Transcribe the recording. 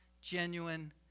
genuine